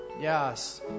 Yes